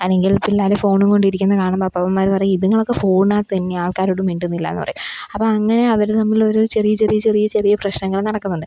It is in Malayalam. അല്ലെങ്കിൽ പിള്ളാര് ഫോണും കൊണ്ടിരിക്കുന്ന കാണുമ്പോള് അപ്പാപ്പന്മാര് പറയും ഇതിങ്ങളൊക്കെ ഫോണ് തന്നെയാൾക്കാരോട് മിണ്ടുന്നില്ലാന്ന് പറയും അപ്പോള് അങ്ങനെ അവര് തമ്മിലൊരു ചെറിയ ചെറിയ ചെറിയ ചെറിയ പ്രശ്നങ്ങള് നടക്കുന്നുണ്ട്